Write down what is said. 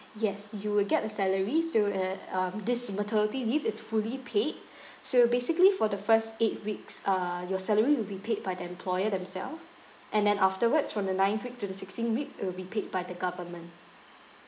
yes you will get your salary so uh um this maternity leave is fully paid so basically for the first eight weeks uh your salary will be paid by the employer themselves and then afterwards from the ninth week to the sixteenth week it'll be paid by the government